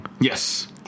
Yes